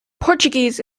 portuguese